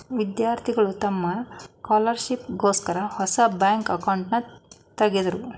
ವಿದ್ಯಾರ್ಥಿಗಳು ತಮ್ಮ ಸ್ಕಾಲರ್ಶಿಪ್ ಗೋಸ್ಕರ ಹೊಸ ಬ್ಯಾಂಕ್ ಅಕೌಂಟ್ನನ ತಗದ್ರು